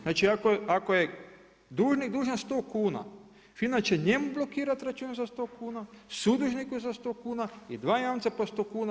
Znači ako je dužnik dužan 100 kuna FINA će njemu blokirat račun za 100 kuna, sudužniku za 100 kuna i dva jamca po 100 kuna.